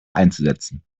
einzusetzen